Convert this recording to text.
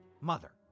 Mother